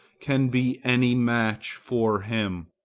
can be any match for him.